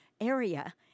area